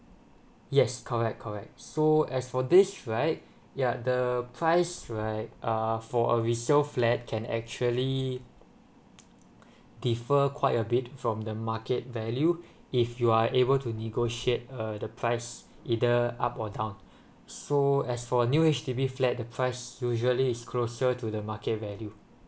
yes correct correct so as for this right ya the price right uh for a resale flat can actually differ quite a bit from the market value if you are able to negotiate err the price either up or down so as for new H_D_B flat the prices usually is closer to the market value